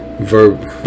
verb